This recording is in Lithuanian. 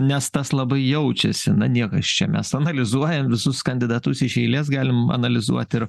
nes tas labai jaučiasi na niekas čia mes analizuojam visus kandidatus iš eilės galim analizuot ir